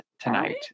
tonight